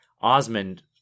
Osmond